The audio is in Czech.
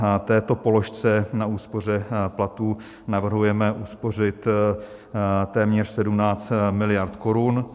Na této položce, na úspoře platů, navrhujeme uspořit téměř 17 mld. korun.